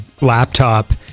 laptop